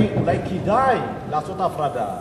צריך לעשות הפרדה